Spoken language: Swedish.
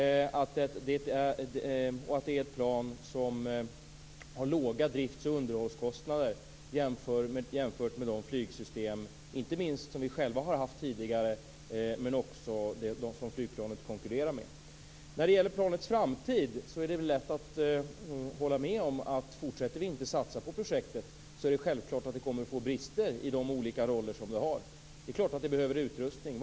Det är också ett plan som har låga drifts och underhållskostnader, inte minst jämfört med de flygsystem vi själva har haft tidigare men också med dem som flygplanet konkurrerar med. När det gäller planets framtid är det lätt att hålla med om att fortsätter vi inte att satsa på projektet är det självklart att det kommer att få brister i de olika roller som det har. Det är klart att det behöver utrustning.